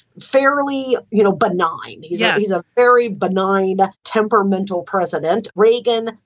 fairly you know benign. he's yeah, he's a very benign, ah temperamental president reagan,